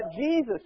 Jesus